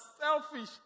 selfish